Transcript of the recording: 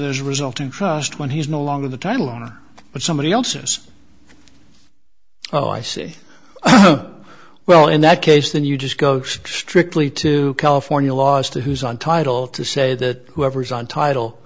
this resulting trust when he's no longer the title owner but somebody else's oh i see well in that case then you just go strictly to california law as to who's on title to say that whoever's on title